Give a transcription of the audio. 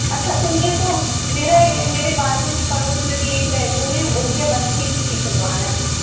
अच्छा सुनिए तो मेरा ये मेरे बाजू में पड़ोस में भी एक रहती हैं उनके बच्चे की भी सिलवाना है